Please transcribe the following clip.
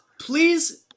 Please